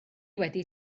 wedi